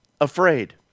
afraid